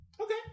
okay